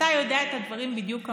אתה יודע את הדברים בדיוק כמוני,